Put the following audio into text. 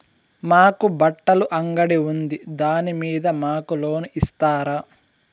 మాకు బట్టలు అంగడి ఉంది దాని మీద మాకు లోను ఇస్తారా